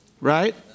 Right